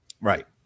Right